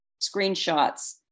screenshots